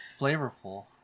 flavorful